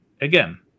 again